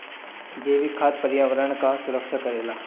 जैविक खाद पर्यावरण कअ सुरक्षा करेला